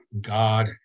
God